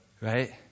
Right